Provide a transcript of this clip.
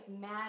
mad